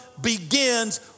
begins